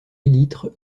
élytres